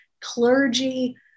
clergy